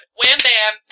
Wham-bam